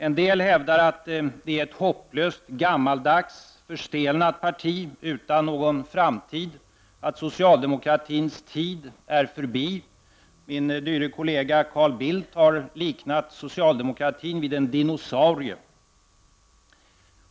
En del människor hävdar att det är ett hopplöst, gammaldags, förstelnat parti utan någon framtid och att socialdemokratins tid är förbi. Min dyre kollega Carl Bildt har liknat socialdemokratin vid en dinosaurie.